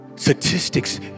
Statistics